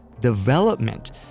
development